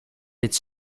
its